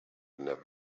never